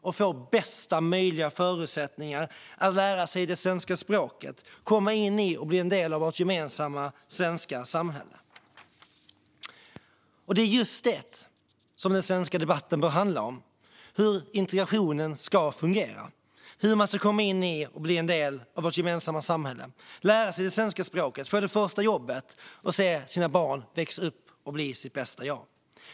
och få bästa möjliga förutsättningar att lära sig det svenska språket och komma in i och bli en del av vårt gemensamma svenska samhälle. Det är just detta den svenska debatten bör handla om: hur integrationen ska fungera, hur man ska komma in i och bli en del av vårt gemensamma samhälle och lära sig det svenska språket, få det första jobbet och se sina barn växa upp och bli sitt bästa jag.